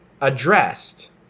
addressed